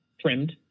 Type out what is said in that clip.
trimmed